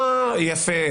יפה.